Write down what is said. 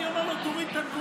אני אומר לו: תוריד את,